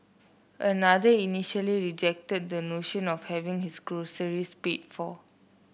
another initially rejected the notion of having his groceries paid for